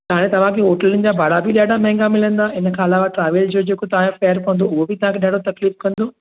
हाणे तव्हांखे होटलुनि जा भाड़ा बि ॾाढा महांगा मिलंदा इनखां अलावा ट्रावैल जो जेको तव्हांजो फेयर पवंदो उहो बि तव्हांखे ॾाढो तकलीफ़ कंदो